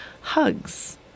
hugs